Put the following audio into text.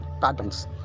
patterns